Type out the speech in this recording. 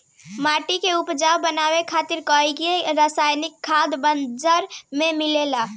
माटी के उपजाऊ बनावे खातिर कईगो रासायनिक खाद बाजार में मिलता